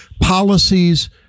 policies